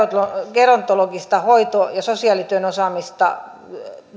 gerontologista hoito ja sosiaalityön osaamista